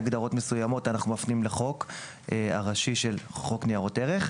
הגדרות מסוימות אנחנו מפנים לחוק הראשי של חוק ניירות ערך.